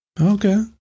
Okay